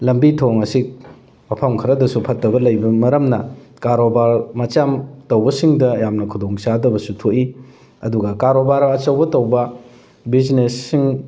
ꯂꯝꯕꯤ ꯊꯣꯡ ꯑꯁꯤ ꯃꯐꯝ ꯈꯔꯗꯁꯨ ꯐꯠꯇꯕ ꯂꯩꯕ ꯃꯔꯝꯅ ꯀꯔꯣꯕꯥꯔ ꯃꯆꯥ ꯇꯧꯕꯁꯤꯡꯗ ꯌꯥꯝꯅ ꯈꯨꯗꯣꯡ ꯆꯥꯗꯕꯁꯨ ꯊꯣꯛꯏ ꯑꯗꯨꯒ ꯀꯔꯣꯕꯥꯔ ꯑꯆꯧꯕ ꯇꯧꯕ ꯕꯤꯖꯤꯅꯦꯁꯁꯤꯡ